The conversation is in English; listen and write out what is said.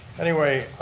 anyway,